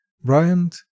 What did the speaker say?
Bryant